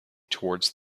toward